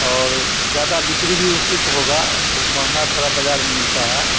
और जादा बिक्री भी उसी को होगा वो महँगा थोड़ा बाजार में मिलता है